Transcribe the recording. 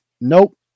nope